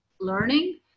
learning